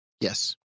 Yes